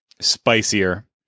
spicier